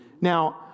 Now